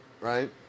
right